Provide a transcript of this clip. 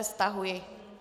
Stahuje.